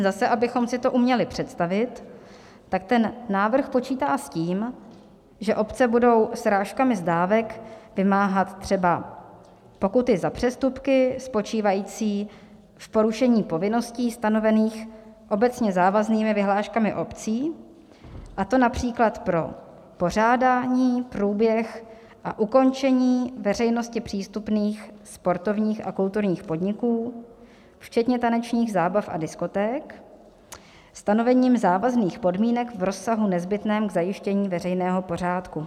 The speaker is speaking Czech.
Zase abychom si to uměli představit, tak návrh počítá s tím, že obce budou srážkami z dávek vymáhat třeba pokuty za přestupky spočívající v porušení povinností stanovených obecně závaznými vyhláškami obcí, a to např. pro pořádání, průběh a ukončení veřejnosti přístupných sportovních a kulturních podniků, včetně tanečních zábav a diskoték, stanovením závazných podmínek v rozsahu nezbytném k zajištění veřejného pořádku.